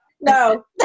No